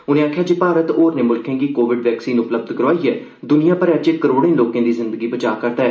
उन्ने आखेआ जे भारत होरनें मुल्खें गी कोविड वैक्सीन उपलब्ध करोआइयै दुनिया भरै च करोड़ें लोकें दी जिंदगी बचाऽ करदा ऐ